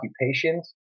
occupations